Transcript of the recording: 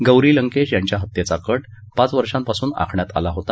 गौरी लंकेश यांच्या हत्येचा कट पाच वर्षांपासून आखण्यात आला होता